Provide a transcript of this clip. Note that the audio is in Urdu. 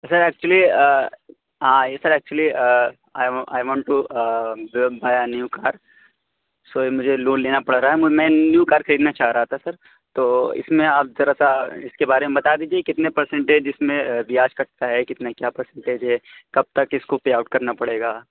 sir actually sir actually I I want to buy a new car so یہ مجھے لون لینا پڑ رہا ہے میں نیو کار خریدنا چاہ رہا تھا سر تو اِس میں آپ ذرا سا اِس کے بارے میں بتا دیجیے کتنے پرسنٹیج اِس میں بیاض کٹتا ہے کتنے کیا پرسنٹیج ہے کب تک اِس کو پے آؤٹ کرنا پڑے گا